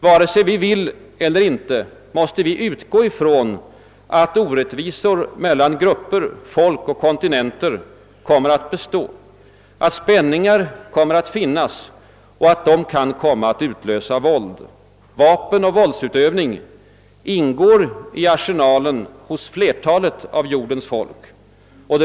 Vare sig vi vill det eller inte måste vi utgå från att orättvisor mellan grupper, folk och kontinenter kommer att bestå, att spänningar kommer att finnas samt att de kan komma att utlösa våld. Vapen och våldsutövning ingår i arsenalen hos flertalet av jordens folk.